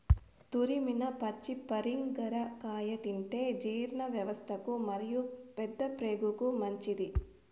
తురిమిన పచ్చి పరింగర కాయ తింటే జీర్ణవ్యవస్థకు మరియు పెద్దప్రేగుకు మంచిది